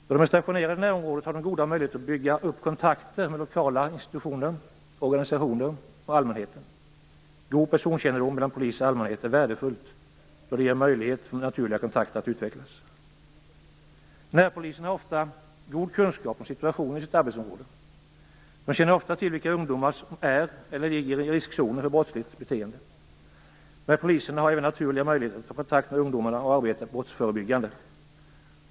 Då de är stationerade i närområdet har de goda möjligheter att bygga upp kontakter med lokala institutioner, organisationer och allmänheten. God personkännedom mellan polis och allmänhet är värdefullt, då det ger möjlighet för naturliga kontakter att utvecklas. Närpoliser har ofta god kunskap om situationen i sitt arbetsområde. De känner ofta till vilka ungdomar som utför eller ligger i riskzonen för brottsligt beteende. Dessa poliser har även naturliga möjligheter att ta kontakt med ungdomarna och arbeta brottsförebyggande.